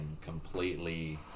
completely